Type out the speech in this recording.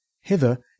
Hither